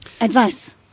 Advice